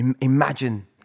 Imagine